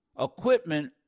Equipment